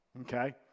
okay